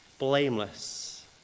blameless